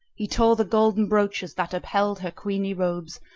he tore the golden brooches that upheld her queenly robes,